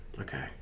Okay